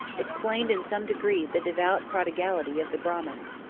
explained in some degree the devout prodigality of the brahmins.